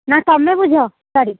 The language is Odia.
ନା ତମେ ବୁଝ ଗାଡ଼ି